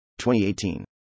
2018